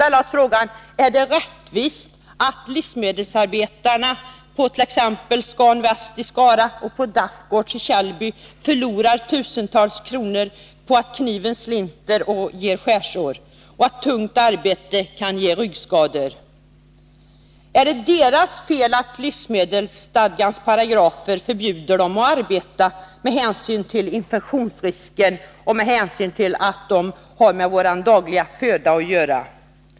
Är det rättvist att livsmedelsarbetarna på t.ex. Scan Väst i Skara och på Dafsgårds i Källby förlorar tusentals kronor på att kniven slinter och ger skärsår och på att de har ett tungt arbete som ger ryggskador? Är det deras fel att livsmedelsstadgans paragrafer förbjuder dem att arbeta med hänsyn till infektionsrisken när de har med vår dagliga föda att göra?